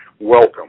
Welcome